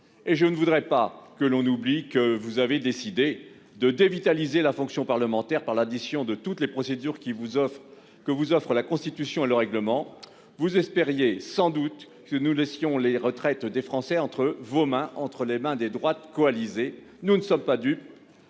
Et je ne voudrais pas que l'on oublie que vous avez décidé de dévitaliser la fonction parlementaire par l'addition de toutes les procédures que vous offrent la Constitution et le règlement. Vous espériez sans doute que nous laisserions les retraites des Français entre les mains des droites coalisées. Nous ne sommes pas dupes